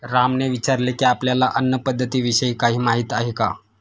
रामने विचारले की, आपल्याला अन्न पद्धतीविषयी काही माहित आहे का?